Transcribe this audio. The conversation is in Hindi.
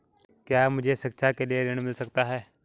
क्या मुझे शिक्षा के लिए ऋण मिल सकता है?